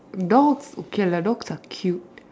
dogs okay lah dogs are cute